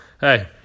hey